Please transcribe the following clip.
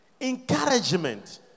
Encouragement